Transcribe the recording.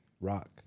rock